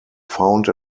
found